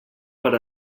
per